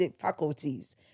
faculties